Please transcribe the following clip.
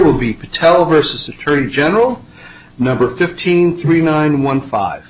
will be patel versus attorney general number fifteen three nine one five